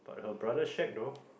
her brother shag though